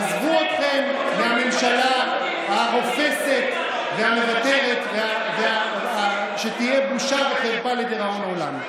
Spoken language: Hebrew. עזבו אתכם מהממשלה הרופסת והמוותרת שתהיה בושה וחרפה לדיראון עולם.